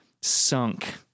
sunk